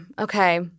okay